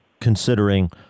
considering